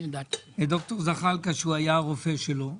את ד"ר זחאלקה שהוא היה הרופא שלו.